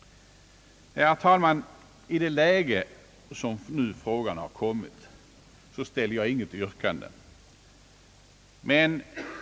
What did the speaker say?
Herr talman! I det läge som frågan nu kommit i ställer jag inget yrkande.